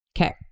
Okay